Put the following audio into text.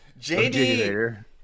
JD